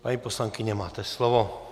Paní poslankyně, máte slovo.